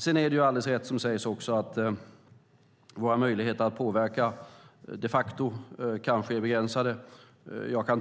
Sedan är det alldeles rätt som sägs att våra möjligheter att påverka de facto kanske är begränsade. Jag